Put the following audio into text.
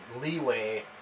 leeway